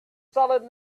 selling